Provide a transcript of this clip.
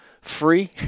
free